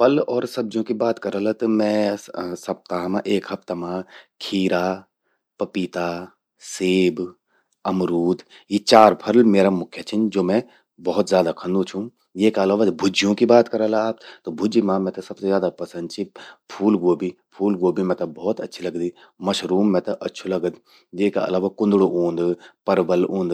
फल और सब्जियों कि बात करला, त मैं सप्ताह मां एक हफ्ता मां, खीरा, पपीता, सेब, अमरूद यि चार फल म्येरा मुख्य छिन, ज्वो मैं भौत ज्यादा खंदू छूं। येका अलावा अगर भुज्जयूं कि बात करला आप, त भुज्जि मां मेते सबसे ज्यादा पसंद चि फूलग्वोभि,। भूल ग्वोभि मेते भौत अच्छि लगदि। मशरूम मेते अच्छू लगद, येका अलावा कुंदड़ू ऊंद, परबल ऊंद,